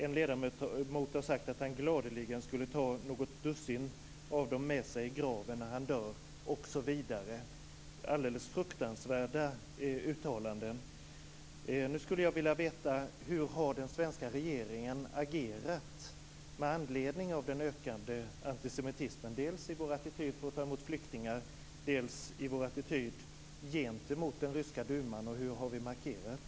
En ledamot har sagt att han gladeligen skulle ta något dussin av dem med sig i graven när han dör, osv. Det är alldeles fruktansvärda uttalanden. Hur har den svenska regeringen agerat med anledning av den ökande antisemitismen? Det gäller då dels i vår attityd i fråga om att ta emot flyktingar, dels i vår attityd gentemot den ryska duman. Hur har vi markerat?